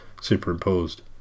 superimposed